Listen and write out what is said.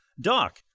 Doc